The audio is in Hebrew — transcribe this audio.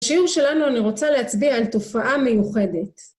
בשיעור שלנו אני רוצה להצביע על תופעה מיוחדת.